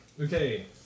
Okay